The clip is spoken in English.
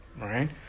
right